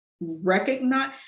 recognize